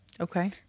Okay